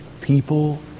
people